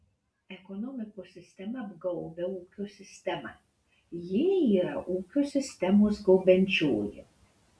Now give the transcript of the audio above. ekonomikos sistema apgaubia ūkio sistemą ji yra ūkio sistemos gaubiančioji